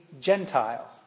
Gentile